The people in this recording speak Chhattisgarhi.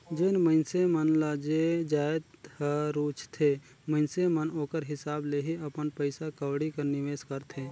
जेन मइनसे मन ल जे जाएत हर रूचथे मइनसे मन ओकर हिसाब ले ही अपन पइसा कउड़ी कर निवेस करथे